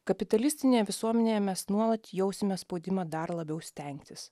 kapitalistinėje visuomenėje mes nuolat jausime spaudimą dar labiau stengtis